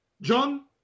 John